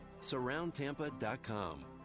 Surroundtampa.com